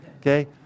Okay